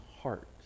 heart